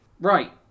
Right